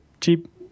cheap